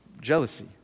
jealousy